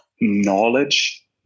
knowledge